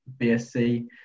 BSc